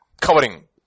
Covering